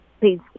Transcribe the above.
please